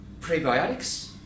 prebiotics